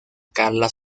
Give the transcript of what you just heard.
carla